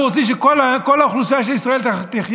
אנחנו רוצים שכל האוכלוסייה של ישראל תחיה